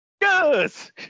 Yes